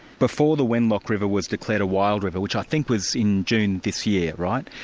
before the wenlock river was declared a wild river, which i think was in june this year, right?